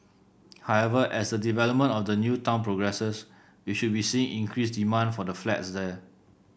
however as the development of the new town progresses we should be seeing increased demand for the flats there